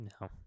no